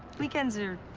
weekends are.